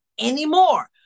anymore